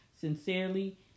Sincerely